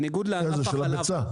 של הביצה?